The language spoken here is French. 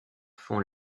font